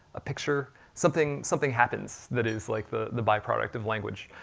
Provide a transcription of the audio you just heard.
a picture, something something happens that is like the the byproduct of language.